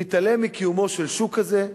להתעלם מקיומו של שוק כזה,